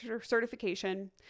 certification